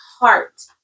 heart